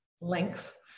length